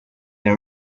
air